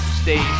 stay